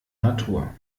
natur